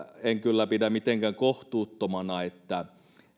en kyllä pidä mitenkään kohtuuttomana että